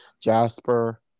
Jasper